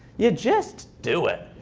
you just do it.